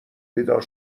بیدار